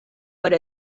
per